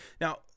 Now